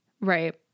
right